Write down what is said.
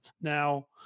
Now